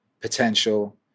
potential